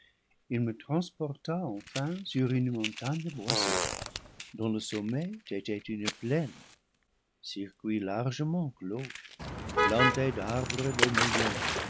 il me transporta enfin sur une montagne boisée dont le sommet était une plaine circuit largement clos planté d'arbres les meilleurs